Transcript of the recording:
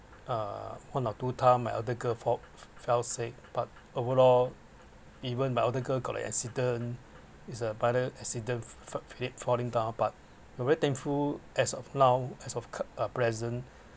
uh one or two time my elder girl fall fell sick but overall even my elder girl got an accident is a minor accident fall falling down but I’m very thankful as of now as of present